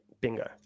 Bingo